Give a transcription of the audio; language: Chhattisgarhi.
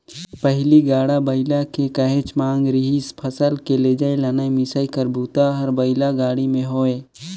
पहिली गाड़ा बइला के काहेच मांग रिहिस फसल के लेजइ, लनइ, मिसई कर बूता हर बइला गाड़ी में होये